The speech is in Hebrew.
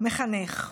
מחנך.